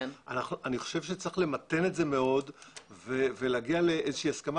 אני חושב שצריך למתן את זה מאוד ולהגיע להסכמה